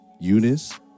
Eunice